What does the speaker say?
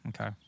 Okay